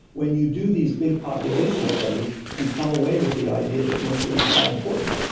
when you do these big population studies, you come away with the idea that mercury's not important.